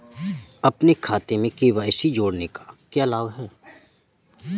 अपने खाते में के.वाई.सी जोड़ने का क्या लाभ है?